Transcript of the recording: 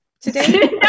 today